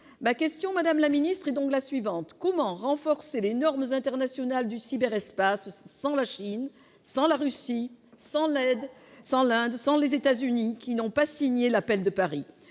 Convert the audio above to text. Dès lors, madame la ministre, comment renforcer les normes internationales du cyberespace sans la Chine, sans la Russie, sans l'Inde, sans les États-Unis, qui n'ont pas signé l'appel de Paris ?